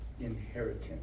inheritance